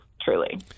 truly